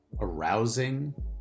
arousing